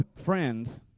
friends